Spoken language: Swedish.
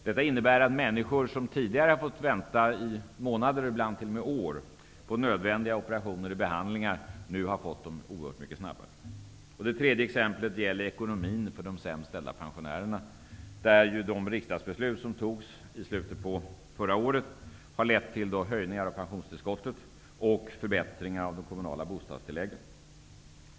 Det innebär att människor som tidigare har fått vänta i månader och ibland i år på nödvändiga operationer och behandlingar nu har fått det mycket snabbare. Ytterligare ett exempel gäller ekonomin för de sämst ställda pensionärerna. De riksdagsbeslut som fattades i slutet av förra året har lett till höjningar av pensionstillskottet och till förbättringar av de kommunala bostadstilläggen.